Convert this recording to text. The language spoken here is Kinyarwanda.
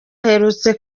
aherutse